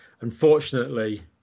unfortunately